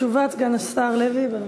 תשובת סגן השר לוי, בבקשה.